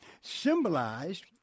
Symbolized